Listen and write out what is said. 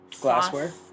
Glassware